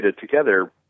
together